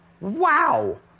Wow